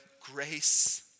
grace